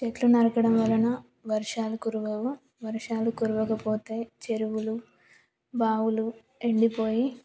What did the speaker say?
చెట్లు నరకడం వలన వర్షాలు కురవవు వర్షాలు కురవకపోతే చెరువులు బావులు ఎండిపోయి